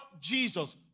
Jesus